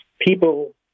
People